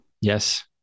Yes